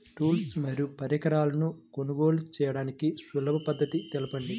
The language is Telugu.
టూల్స్ మరియు పరికరాలను కొనుగోలు చేయడానికి సులభ పద్దతి తెలపండి?